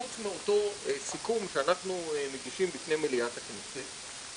חוץ מאותו סיכום שאנחנו מגישים בפני מליאת הכנסת,